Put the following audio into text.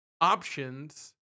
options